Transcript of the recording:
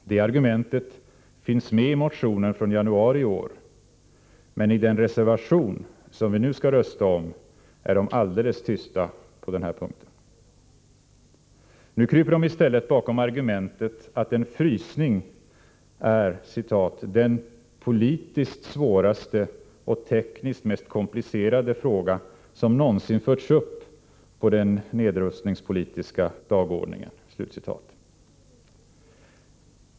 Det argumentet finns med i motionen från januari i år, men i den reservation som vi nu skall rösta om är moderaterna alldeles tysta på denna punkt. Nu kryper de i stället bakom argumentet att en frysning är den politiskt svåraste och tekniskt mest komplicerade fråga som någonsin förts upp på den nedrustningspolitiska dagordningen.